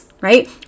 Right